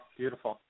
beautiful